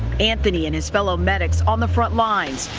anthony and his fellow medics on the front line.